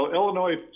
Illinois